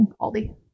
Aldi